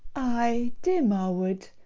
ay, dear marwood,